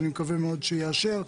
אני מקווה מאוד שיאשר.